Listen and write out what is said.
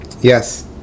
Yes